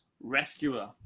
rescuer